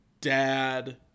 dad